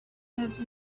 have